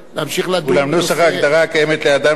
אולם נוסח ההגדרה הקיימת לאדם שהוא פעיל טרור אינו